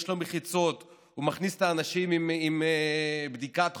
יש לו מחיצות, הוא מכניס את האנשים עם בדיקת חום,